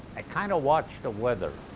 i kinda watch the weather.